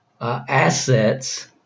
assets –